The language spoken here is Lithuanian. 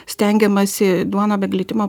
stengiamasi duoną be glitimo